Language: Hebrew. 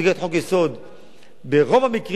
ברוב המקרים בית-משפט קובע מה הפרשנות,